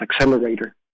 accelerator